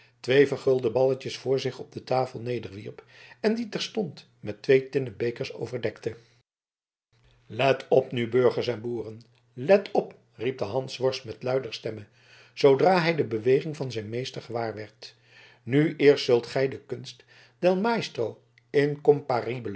twee vergulde balletjes voor zich op de tafel nederwierp en die terstond met twee tinnen bekers overdekte let op nu burgers en boeren let op riep de hansworst met luider stemme zoodra hij de beweging van zijn meester gewaarwerd nu eerst zult gij de kunst del maestro incomparabile